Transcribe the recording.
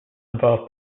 involve